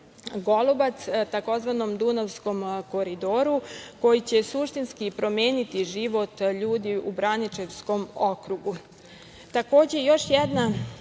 Golubac, tzv. Dunavskom koridoru koji će suštinski promeniti život ljudi u Braničevskom okrugu. Takođe,